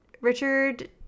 Richard